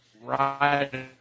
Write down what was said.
ride